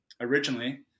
originally